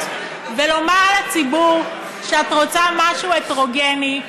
ולומר לציבור שאת רוצה משהו הטרוגני,